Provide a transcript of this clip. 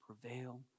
prevail